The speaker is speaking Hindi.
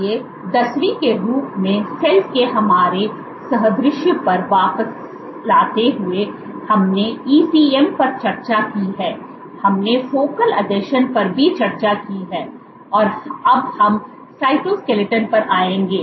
इसलिए दसवीं के रूप में सेल के हमारे सादृश्य पर वापस आते हुए हमने ईसीएम पर चर्चा की है हमने फोकल आसंजन पर भी चर्चा की है और अब हम साइटोस्केलेटन पर आएंगे